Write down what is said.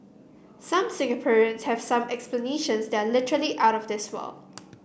some Singaporeans have some explanations that are literally out of this world